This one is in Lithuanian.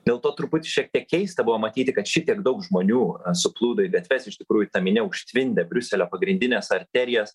dėl to truputį šiek tiek keista buvo matyti kad šitiek daug žmonių suplūdo į gatves iš tikrųjų ta minia užtvindė briuselio pagrindines arterijas